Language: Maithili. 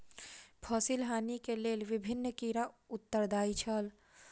फसिल हानि के लेल विभिन्न कीड़ा उत्तरदायी छल